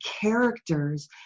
characters